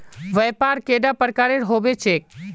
व्यापार कैडा प्रकारेर होबे चेक?